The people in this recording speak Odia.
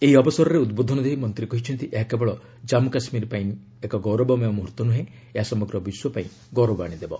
ଏହି ଅବସରରେ ଉଦ୍ବୋଧନ ଦେଇ ମନ୍ତ୍ରୀ କହିଛନ୍ତି ଏହା କେବଳ ଜାମ୍ମୁ କାଶ୍କୀର ପାଇଁ ଏକ ଗୌରବମୟ ମୁହୁର୍ଭ ନୁହେଁ ଏହା ସମଗ୍ର ବିଶ୍ୱ ପାଇଁ ଗୌରବ ଆଣିଦେବ